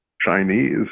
Chinese